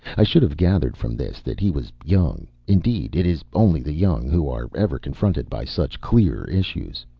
i should have gathered from this that he was young indeed, it is only the young who are ever confronted by such clear issues.